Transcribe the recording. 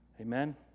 Amen